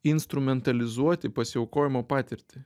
instrumentalizuoti pasiaukojimo patirtį